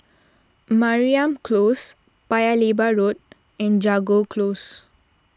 Mariam Close Paya Lebar Road and Jago Close